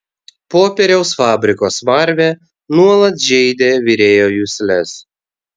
popieriaus fabriko smarvė nuolat žeidė virėjo jusles